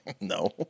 No